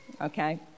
okay